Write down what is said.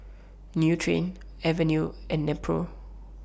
Nutren Avene and Nepro